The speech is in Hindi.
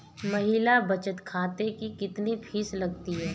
महिला बचत खाते की कितनी फीस लगती है?